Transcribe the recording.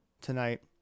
tonight